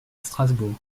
strasbourg